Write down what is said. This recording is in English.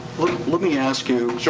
let me ask you.